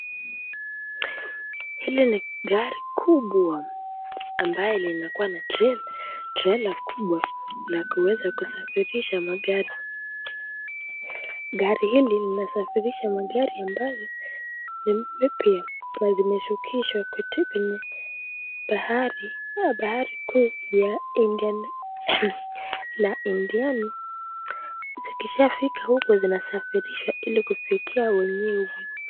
Hili ni gari kubwa ambayo linakuwa na trela, trela kubwa la kuweza kusafirisha magari . Gari hili linasafirisha magari ambalo ni mipya na zimeshukishwa katika bahari kuu la [Indian] na. Zikisha fika huko sinasafishwa ili kufikia wenyewe.